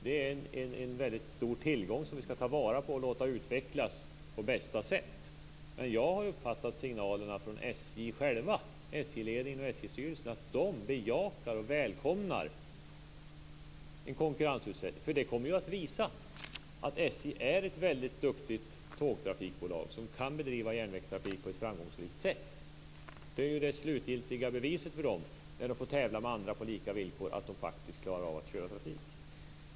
Det är en väldigt stor tillgång som vi ska ta vara på och låta utvecklas på bästa sätt. Men jag har uppfattat signalerna från SJ-ledningen och SJ-styrelsen själva att de bejakar och välkomnar en konkurrensutsättning, för det kommer att visa att SJ är ett väldigt duktigt tågtrafikbolag som kan bedriva järnvägstrafik på ett framgångsrikt sätt. Det är ju det slutgiltiga beviset för dem, när de får tävla med andra på lika villkor, att de faktiskt klarar av att bedriva trafik.